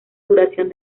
duración